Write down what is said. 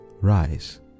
Rise